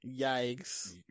Yikes